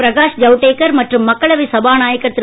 பிரகாஷ்ஜவடேகர்மற்றும்மக்களவைசபாநாயகர்திரு